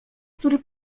który